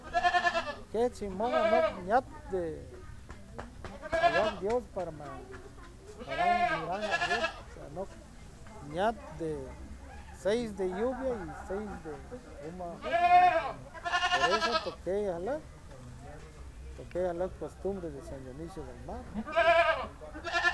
Ket shimun anok ñiat de ayac dios par maa arang mirang nagiet sanok ñiat de seis de lluvia y seis de guma juet pues por eso tokey ajlock tokei ajlock costumbre de san dionisio del mar.